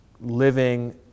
living